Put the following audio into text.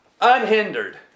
unhindered